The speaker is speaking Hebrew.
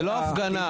זאת לא הפגנה.